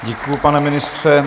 Děkuji, pane ministře.